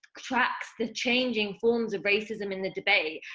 tracks the changing forms of racism in the debate,